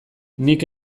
nik